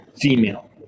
female